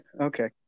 okay